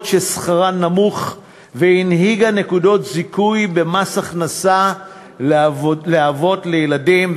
ששכרן נמוך והנהיגה נקודות זיכוי במס הכנסה לאבות לילדים.